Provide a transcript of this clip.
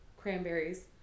cranberries